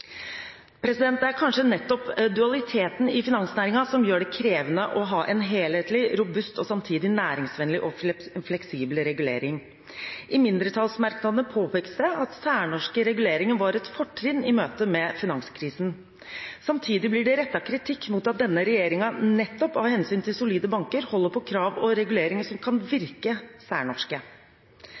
Det er kanskje nettopp dualiteten i finansnæringen som gjør det krevende å ha en helhetlig, robust og samtidig næringsvennlig og fleksibel regulering. I mindretallsmerknadene påpekes det at særnorske reguleringer var et fortrinn i møte med finanskrisen. Samtidig blir det rettet kritikk mot at denne regjeringen nettopp av hensyn til solide banker holder på krav og reguleringer som kan virke særnorske.